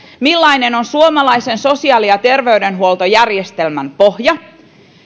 millainen on suomalaisen sosiaali ja terveydenhuoltojärjestelmän pohja